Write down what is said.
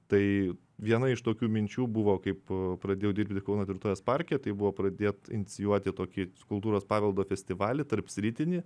tai viena iš tokių minčių buvo kaip pradėjau dirbti kauno tvirtovės parke tai buvo pradėt inicijuoti tokį kultūros paveldo festivalį tarpsritinį